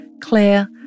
Claire